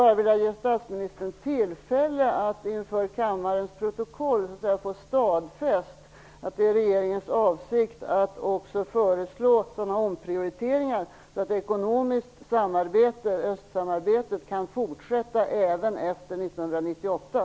Jag vill ge statsministern tillfälle att i kammarens protokoll få stadfäst att det är regeringens avsikt att också föreslå sådana omprioriteringar, så att ett ekonomiskt östsamarbete kan fortsätta även efter 1998.